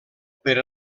per